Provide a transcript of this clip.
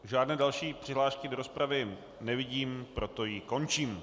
Žádné další přihlášky do rozpravy nevidím, proto ji končím.